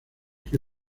que